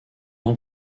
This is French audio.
ans